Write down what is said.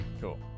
Cool